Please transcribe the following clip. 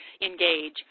engage